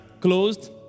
closed